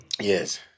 Yes